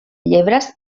llebres